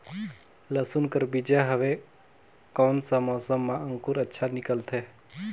लसुन कर बीजा हवे कोन सा मौसम मां अंकुर अच्छा निकलथे?